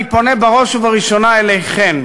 אני פונה בראש ובראשונה אליכן,